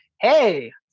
hey